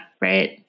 Right